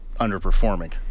underperforming